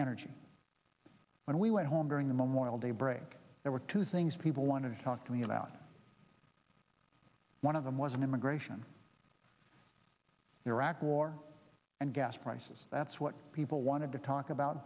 energy when we went home during the memorial day break there were two things people want to talk to me about one of them was an immigration iraq war and gas prices that's what people wanted to talk about